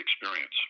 experience